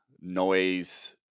noise